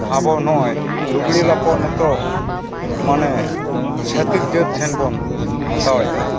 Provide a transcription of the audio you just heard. ᱟᱵᱚ ᱱᱚᱜᱼᱚᱸᱭ ᱞᱩᱜᱽᱲᱤ ᱞᱟᱯᱚᱜ ᱱᱤᱛᱚᱜ ᱢᱟᱱᱮ ᱪᱷᱟᱹᱛᱤᱠ ᱡᱟᱹᱛ ᱴᱷᱮᱱ ᱵᱚᱱ ᱦᱟᱛᱟᱣᱮᱜᱼᱟ